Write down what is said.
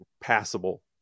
passable